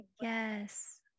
Yes